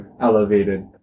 elevated